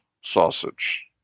sausage